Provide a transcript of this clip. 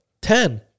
Ten